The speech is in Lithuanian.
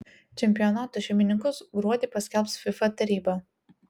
čempionato šeimininkus gruodį paskelbs fifa taryba